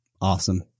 awesome